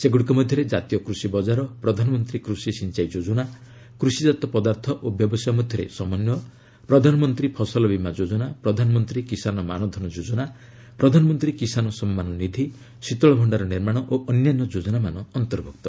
ସେଗୁଡ଼ିକ ମଧ୍ୟରେ କାତୀୟ କୃଷି ବକାର ପ୍ରଧାନମନ୍ତ୍ରୀ କୃଷି ସିଞ୍ଚାଇ ଯୋଜନା କୃଷିଜାତ ପଦାର୍ଥ ଓ ବ୍ୟବସାୟ ମଧ୍ୟରେ ସମନ୍ୱୟ ପ୍ରଧାନମନ୍ତ୍ରୀ ଫସଲବୀମା ଯୋଜନା ପ୍ରଧାନମନ୍ତ୍ରୀ କିଶାନ ମାନଧନ ଯୋଜନା ପ୍ରଧାନମନ୍ତ୍ରୀ କିଶାନ ସମ୍ମାନନିଧି ଶୀତଳଭଣ୍ଡାର ନିର୍ମାଣ ଓ ଅନ୍ୟାନ୍ୟ ଯୋଜନାମାନ ଅନ୍ତର୍ଭୁକ୍ତ